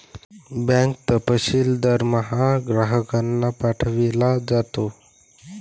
bank तपशील दरमहा ग्राहकांना पाठविला जातो